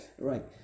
right